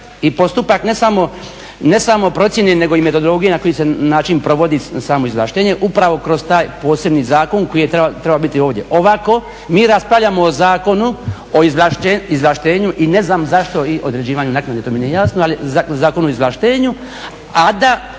i postupak ne samo procjene, nego i metodologije na koji se način provodi samo izvlaštenje upravo kroz taj posebni zakon koji je trebao biti ovdje. Ovako mi raspravljamo o Zakonu o izvlaštenju i ne znam zašto i određivanju naknade to mi nije jasno, ali Zakonu o izvlaštenju, a da